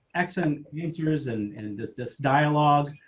x and years, and and this this dialogue.